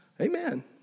Amen